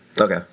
Okay